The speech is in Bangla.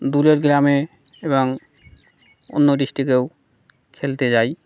দূরের গ্রামে এবং অন্য ডিস্টিক্টেও খেলতে যাই